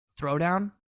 Throwdown